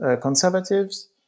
conservatives